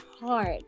heart